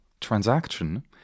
transaction